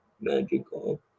magical